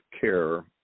care